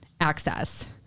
access